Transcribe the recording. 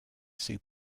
sue